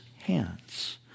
hands